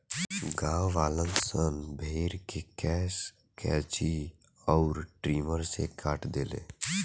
गांववालन सन भेड़ के केश कैची अउर ट्रिमर से काट देले